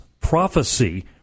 prophecy